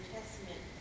Testament